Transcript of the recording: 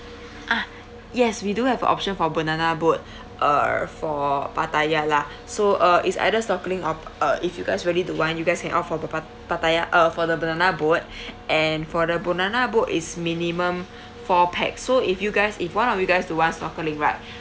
ah yes we do have option for banana boat err for pattaya lah so uh it's either snorkeling or uh if you guys really don't want you guys can opt for the pa~ pattaya uh for the banana boat and for the banana boat it's minimum four pax so if you guys if one of you guys don't want snorkeling right